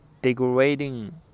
Degrading